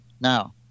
now